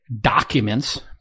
documents